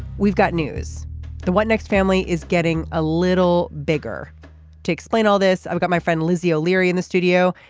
we've got news the what next family is getting a little bigger to explain all this. i've got my friend lizzie o'leary in the studio.